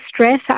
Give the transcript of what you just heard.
stress